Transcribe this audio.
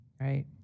right